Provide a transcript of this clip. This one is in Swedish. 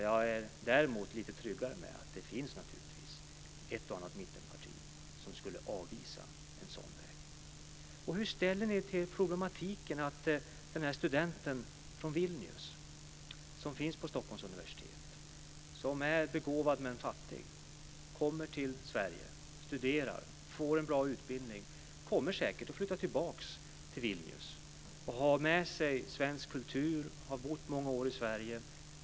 Jag känner mig däremot lite tryggare med att det naturligtvis finns ett och annat mittenparti som skulle avvisa en sådan väg. Vilnius som finns på Stockholms universitet? Han är begåvad men fattig och kommer till Sverige för att studera och få en bra utbildning. Han kommer säkert att flytta tillbaka till Vilnius och ha med sig svensk kultur efter att ha bott många år i Sverige.